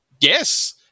Yes